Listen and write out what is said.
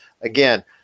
again